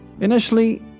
Initially